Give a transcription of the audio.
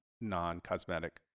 non-cosmetic